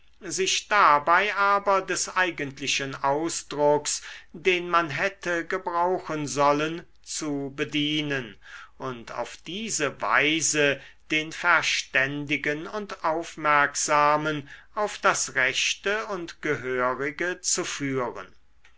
sich dabei aber des eigentlichen ausdrucks den man hätte gebrauchen sollen zu bedienen und auf diese weise den verständigen und aufmerksamen auf das rechte und gehörige zu führen